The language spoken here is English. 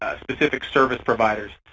ah specific service providers.